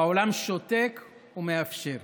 והעולם שותק ומאפשר.